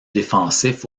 défensif